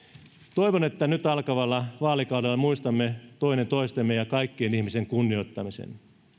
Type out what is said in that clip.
toivon että nyt alkavalla vaalikaudella muistamme toinen toistemme ja kaikkien ihmisten kunnioittamisen